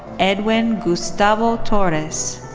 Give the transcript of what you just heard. edwin gustavo torres.